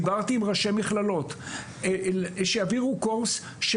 דיברתי עם ראשי מכללות שיעבירו קורס.